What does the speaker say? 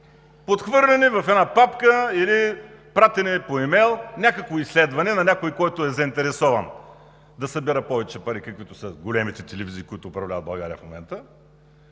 подхвърлени в някаква папка или пратени по имейл, някакво изследване на някой, който е заинтересован да събира повече пари, каквито са големите телевизии, които управляват България в момента,